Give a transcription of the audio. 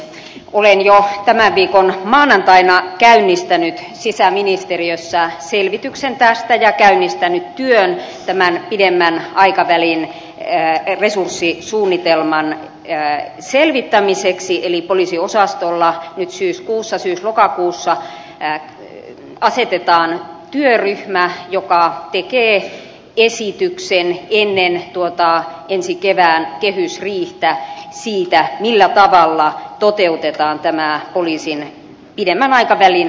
olen jo tämän viikon maanantaina käynnistänyt sisäministeriössä selvityksen tästä ja käynnistänyt työn tämän pidemmän aikavälin jää edes uusi suunnitelma on resurssisuunnitelman selvittämiseksi eli poliisiosastolla nyt syyslokakuussa asetetaan työryhmä joka tekee esityksen ennen tuota ensi kevään kehysriihtä siitä millä tavalla toteutetaan tämä poliisin pidemmän aikavälin kokonaissuunnitelma